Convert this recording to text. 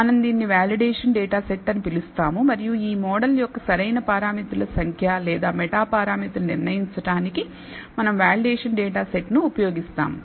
మనం దీనిని validation data set అని పిలుస్తాము మరియు ఈ మోడల్ యొక్క సరైన పారామితుల సంఖ్య లేదా మెటా పారామితులు నిర్ణయించడానికి మనం వాలిడేషన్ డేటా సెట్ ను ఉపయోగిస్తాము